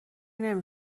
نمی